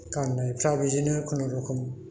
गाननायफ्रा बिदिनो खुनुरुखम